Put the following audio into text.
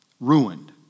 ruined